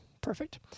Perfect